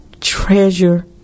Treasure